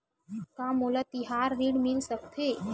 का मोला तिहार ऋण मिल सकथे?